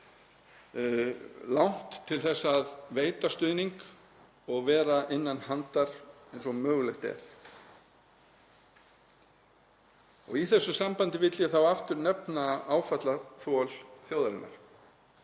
langt til að veita stuðning og vera innan handar eins og mögulegt er. Í þessu sambandi vil ég aftur nefna áfallaþol þjóðarinnar